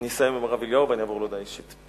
אני אסיים עם הרב אליהו ואני אעבור להודעה אישית.